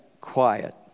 quiet